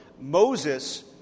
Moses